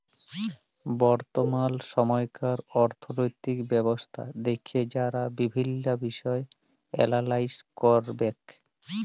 বর্তমাল সময়কার অথ্থলৈতিক ব্যবস্থা দ্যাখে যারা বিভিল্ল্য বিষয় এলালাইস ক্যরবেক